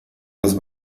los